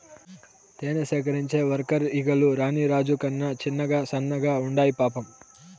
తేనె సేకరించే వర్కర్ ఈగలు రాణి రాజు కన్నా చిన్నగా సన్నగా ఉండాయి పాపం